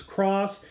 Cross